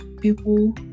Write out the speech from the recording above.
people